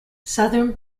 southern